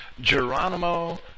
Geronimo